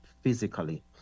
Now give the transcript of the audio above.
physically